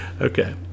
Okay